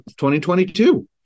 2022